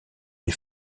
les